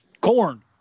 corn